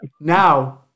Now